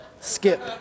skip